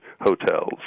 hotels